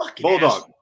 Bulldog